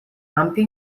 ampio